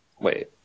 Wait